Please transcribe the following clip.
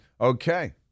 Okay